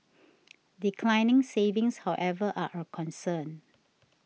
declining savings however are a concern